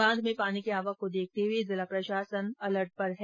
बांध में पानी की आवक को देखते हुए जिला प्रशासन अलर्ट पर है